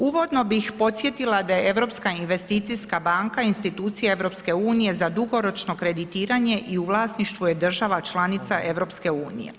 Uvodno bih podsjetila da je Europska investicijska banka institucija EU za dugoročno kreditiranje i u vlasništvu je država članica EU.